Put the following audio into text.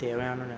தேவையான